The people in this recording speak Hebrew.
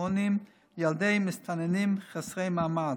לפעוטונים לילדי מסתננים חסרי מעמד.